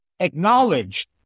acknowledged